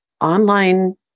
Online